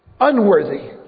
unworthy